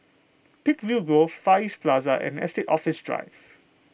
Peakville Grove Far East Plaza and Estate Office Drive